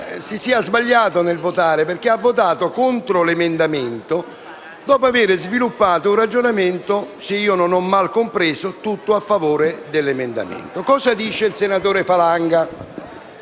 si sia sbagliato nel votare perché ha votato contro il subemendamento dopo aver sviluppato un ragionamento - se non ho mal compreso - tutto a suo favore. Cosa dice il senatore Falanga?